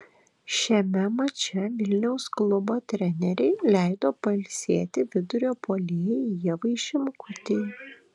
šiame mače vilniaus klubo trenerei leido pailsėti vidurio puolėjai ievai šimkutei